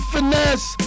Finesse